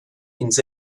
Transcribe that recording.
ins